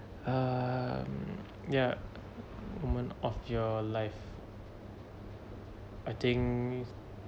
err um yeah women of your life I think